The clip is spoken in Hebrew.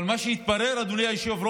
אבל מה שהתברר, אדוני היושב-ראש,